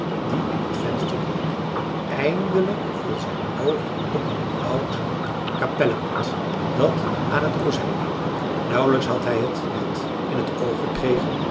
die in t venster bloeiden eindelijk viel zijn oog op een oud kapellennet dat aan het kozijn hing nauwelijks had hij het net in het oog gekregen